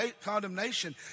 condemnation